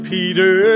Peter